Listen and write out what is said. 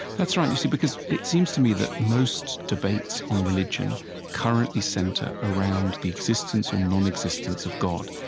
that's right. you see, because it seems to me that most debates on religion currently center around the existence or nonexistence of god.